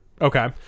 okay